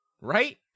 Right